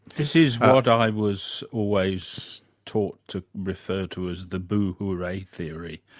this is what i was always taught to refer to as the boo-hooray theory.